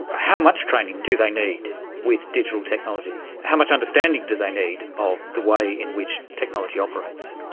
how much training do they need with digital technology? how much understanding do they need of the way in which technology operates?